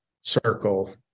circle